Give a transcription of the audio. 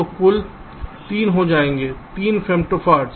तो कुल 3 हो जाएंगे 3 फेमटॉफर्ड